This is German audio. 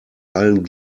allen